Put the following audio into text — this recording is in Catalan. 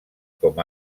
com